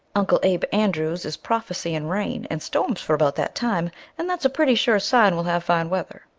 uncle abe andrews is prophesying rain and storms for about that time and that's a pretty sure sign we'll have fine weather.